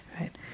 right